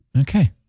Okay